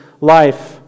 life